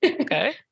okay